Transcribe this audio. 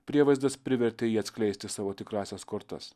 prievaizdas privertė jį atskleisti savo tikrąsias kortas